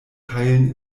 teilen